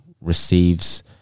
receives